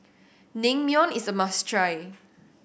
naengmyeon is a must try